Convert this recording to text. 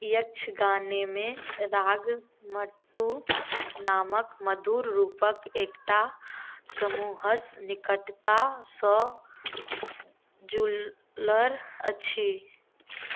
यक्षगानेमे रागमट्टू नामक मधुर रूपक एकटा समूहसँ निकटतासँ जुड़ल अछि